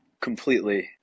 completely